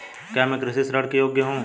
क्या मैं कृषि ऋण के योग्य हूँ?